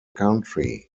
country